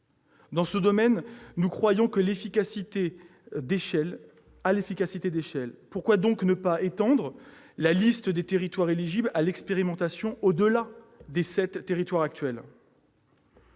Dans ce domaine, nous croyons en « l'efficacité d'échelle ». Pourquoi donc ne pas étendre la liste des territoires éligibles à l'expérimentation au-delà des sept territoires actuels ?